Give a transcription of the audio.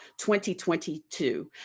2022